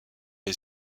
les